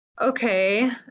okay